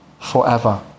forever